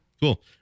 cool